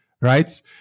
right